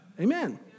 Amen